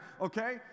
okay